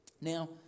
Now